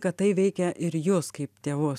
kad tai veikia ir jus kaip tėvus